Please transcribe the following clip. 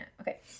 Okay